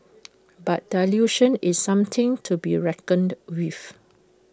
but dilution is something to be reckoned with